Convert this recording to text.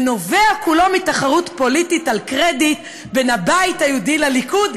ונובע כולו מתחרות פוליטית על קרדיט בין הבית היהודי לליכוד,